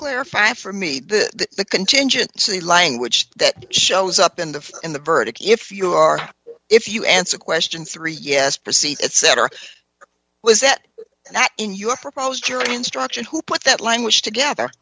clarify for me the the contingent c language that shows up in the in the verdict if you are if you answer question three yes proceed at setter was it that in your proposed jury instructions who put that language together